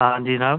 हांजी जनाब